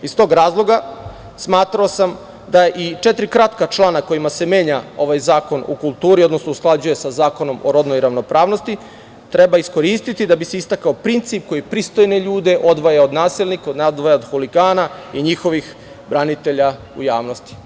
Iz tog razloga sam smatrao da i četiri kratka člana kojima se menja ovaj zakon, odnosno se usklađuje sa Zakonom o rodnoj ravnopravnost, treba iskoristi da bi se istakao princip koje pristojne ljude odvaja od nasilnika, huligana i njihovih branitelja u javnosti.